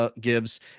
gives